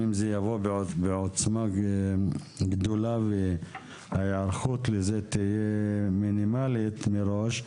אם זה יבוא בעוצמה גדולה וההיערכות לזה תהיה מינימלית מראש,